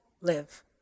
live